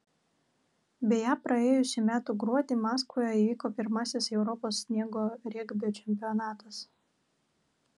beje praėjusių metų gruodį maskvoje įvyko pirmasis europos sniego regbio čempionatas